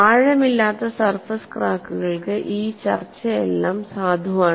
ആഴമില്ലാത്ത surface ക്രാക്കുകൾക്ക് ഈ ചർച്ചയെല്ലാം സാധുവാണ്